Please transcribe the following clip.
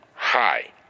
Hi